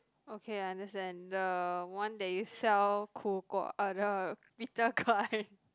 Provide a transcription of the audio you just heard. okay I understand the one that you sell uh the bitter gourd